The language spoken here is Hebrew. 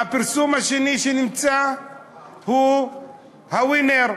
והפרסום השני, הוא ה"ווינר".